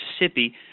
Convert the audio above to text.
Mississippi